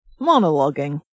monologuing